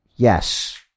Yes